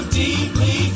deeply